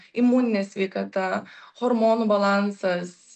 imuninė sveikata hormonų balansas